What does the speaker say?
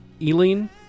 Eileen